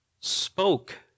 spoke